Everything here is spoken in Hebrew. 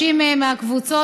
אנשים מהקבוצות,